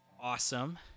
awesome